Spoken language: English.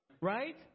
Right